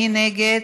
מי נגד?